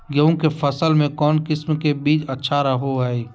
गेहूँ के फसल में कौन किसम के बीज अच्छा रहो हय?